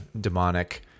demonic